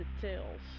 details